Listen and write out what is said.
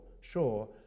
sure